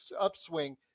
upswing